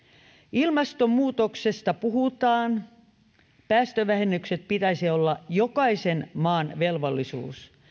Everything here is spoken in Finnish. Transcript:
ilmastonmuutoksesta puhutaan päästövähennysten pitäisi olla jokaisen maan velvollisuus